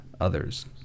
others